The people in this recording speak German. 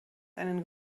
einen